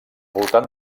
voltant